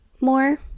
more